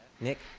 Nick